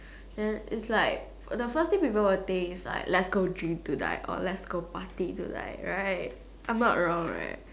then it's like the first thing people will think is like let's go drink tonight or let's go party tonight right I'm not wrong right